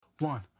One